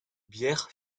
bière